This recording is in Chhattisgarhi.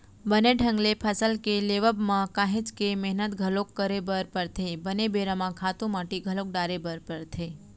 बने ढंग ले फसल के लेवब म काहेच के मेहनत घलोक करे बर परथे, बने बेरा म खातू माटी घलोक डाले बर परथे